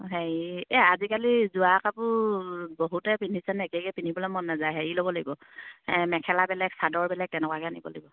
অ হেৰি এই আজিকালি জোৰা কাপোৰ বহুতে পিন্ধিছে নাই একেলগে পিন্ধিবলৈ মন নাযায় হেৰি ল'ব লাগিব মেখেলা বেলেগ চাদৰ বেলেগ তেনেকুৱাকে আনিব লাগিব